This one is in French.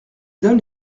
donne